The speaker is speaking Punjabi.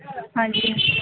ਹਾਂਜੀ